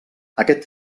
aquest